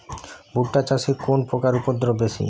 ভুট্টা চাষে কোন পোকার উপদ্রব বেশি?